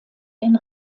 den